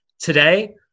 Today